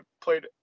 played